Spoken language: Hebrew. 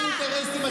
חברת הכנסת פרידמן.